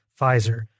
Pfizer